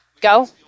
go